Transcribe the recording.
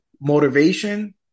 Motivation